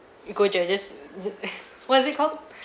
you could do have just d~ uh what is it called